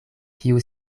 kiu